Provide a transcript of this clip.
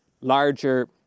larger